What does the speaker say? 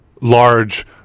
large